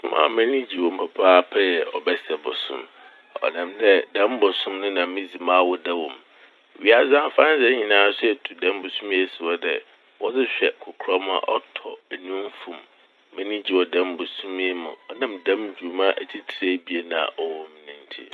Bosoom a m'enyi gye wɔ m' papaapa nye Ɔbɛsɛ bosoom. Ɔnam dɛ dɛm bosoom no na midzi m'awoda wɔ mu. Ewiadze afandze nyinara so etu dɛm bosoom yi esi hɔ dɛ wɔdze hwɛ kokram a ɔtɔ enufu m'. M'enyi gye wɔ dɛm bosoom yi mu ɔnam dɛm dwuma etsitsir ebien a ɔwɔ mu no ntsi.